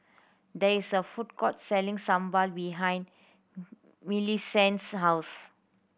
there is a food court selling sambal behind Millicent's house